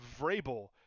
Vrabel